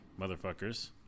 motherfuckers